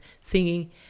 singing